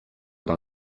dans